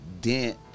dent